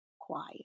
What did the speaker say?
quiet